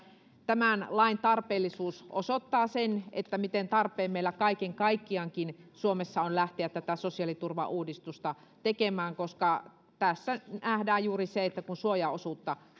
tämän lain tarpeellisuus osoittaa sen miten tarpeen meillä suomessa kaiken kaikkiaankin on lähteä tätä sosiaaliturvauudistusta tekemään tässä nähdään juuri se että kun suojaosuutta